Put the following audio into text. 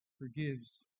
forgives